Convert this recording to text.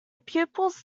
pupils